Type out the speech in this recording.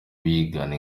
bigana